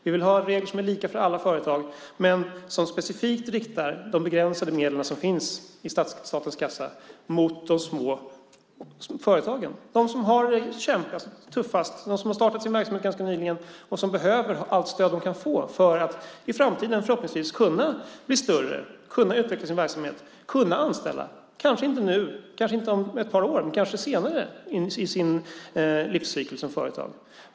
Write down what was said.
Vi vill ha regler som är lika för alla företag. Men de begränsade medel som finns i statens kassa ska specifikt riktas mot de små företagen, de som har det kämpigast, tuffast, de som har startat sin verksamhet ganska nyligen och som behöver allt stöd de kan få för att i framtiden förhoppningsvis kunna bli större, kunna utveckla sin verksamhet, kunna anställa, kanske inte nu, kanske inte om ett par år, men kanske senare i sin livscykel som företag.